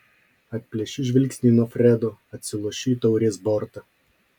atplėšiu žvilgsnį nuo fredo atsilošiu į taurės bortą